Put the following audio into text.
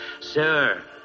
Sir